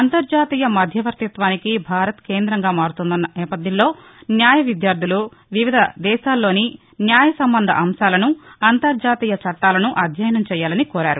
అంతర్ణాతీయ మధ్యవర్తిత్వానికి భారత్ కేందంగా మారుతున్న నేపథ్యంలో న్యాయవిద్యార్దులు వివిధ దేశాల్లోని న్యాయసంబంధ అంశాలను అంతర్జాతీయ చట్టాలను అధ్యయనం చేయాలని కోరారు